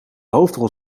hoofdrol